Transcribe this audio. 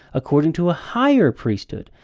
according to a higher priesthood.